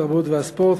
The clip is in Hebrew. התרבות והספורט,